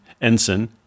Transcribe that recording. ensign